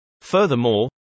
Furthermore